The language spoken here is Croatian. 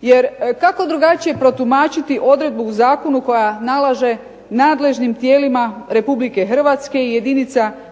Jer kako drugačije protumačiti odredbu u zakonu koja nalaže nadležnim tijelima RH i jedinica lokalne